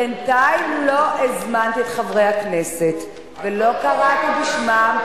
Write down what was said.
בינתיים לא הזמנתי את חברי הכנסת ולא קראתי בשמם.